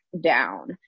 down